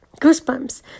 Goosebumps